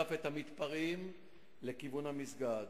הדף את המתפרעים לכיוון המסגד,